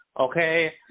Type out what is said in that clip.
okay